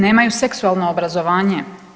Nemaju seksualno obrazovanje.